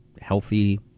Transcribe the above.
healthy